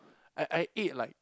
I I ate like